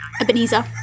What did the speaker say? Ebenezer